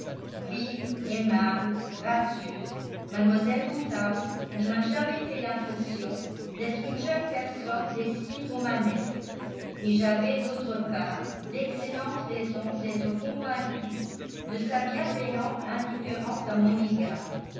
vive aimable gracieuse mlle woodhouse ne m'a jamais fait l'impression d'être une jeune personne d'esprit romanesque et j'avais d'autre part d'excellentes raisons d'être convaincu de sa bienveillante indifférence à mon égard